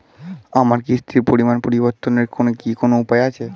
আমার কিস্তির পরিমাণ পরিবর্তনের কি কোনো উপায় আছে?